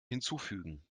hinzufügen